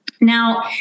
Now